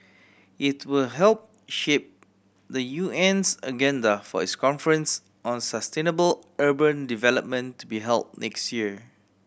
it will help shape the U N's agenda for its conference on sustainable urban development to be held next year